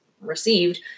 received